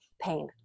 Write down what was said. pain